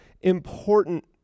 important